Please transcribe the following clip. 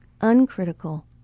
uncritical